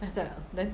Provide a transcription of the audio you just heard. that's ah then